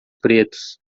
pretos